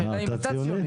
השאלה אם אתה ציוני